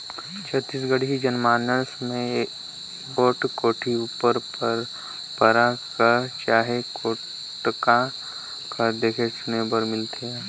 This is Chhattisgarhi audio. छत्तीसगढ़ी जनमानस मे एगोट कोठी उपर पंरपरा कह चहे टोटका कह देखे सुने बर मिलथे